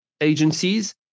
agencies